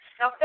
Now